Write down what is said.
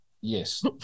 Yes